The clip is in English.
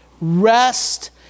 rest